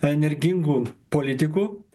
energingų politikų